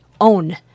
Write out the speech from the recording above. own